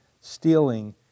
stealing